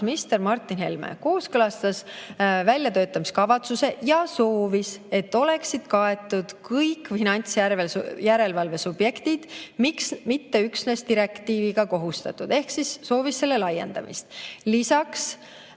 Martin Helme kooskõlastas väljatöötamiskavatsuse ja soovis, et oleksid kaetud kõik finantsjärelevalve subjektid, mitte üksnes direktiiviga kohustatud, ehk ta soovis selle laiendamist. Lisaks